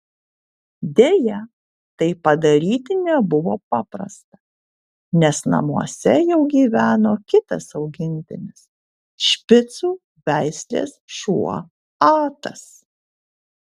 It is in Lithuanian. deja tai padaryti nebuvo paprasta nes namuose jau gyveno kitas augintinis špicų veislės šuo atas